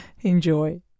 Enjoy